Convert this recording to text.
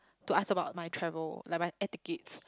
to ask about my travel like my air tickets